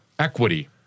Equity